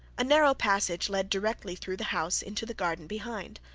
a narrow passage led directly through the house into the garden behind.